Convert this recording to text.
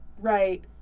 right